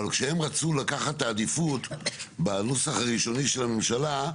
אבל כשהם רצו לקחת את העדיפות בנוסח הראשוני של הממשלה,